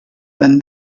than